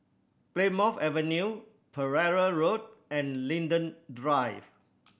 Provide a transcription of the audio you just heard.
Plymouth Avenue Pereira Road and Linden Drive